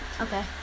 Okay